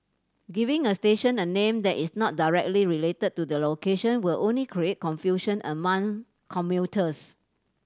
giving a station a name that is not directly related to the location will only create confusion among commuters